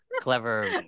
Clever